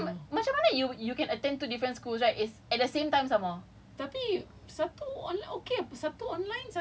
take two different err from two different schools macam macam mana you you can attend two different schools like it's at the same time some more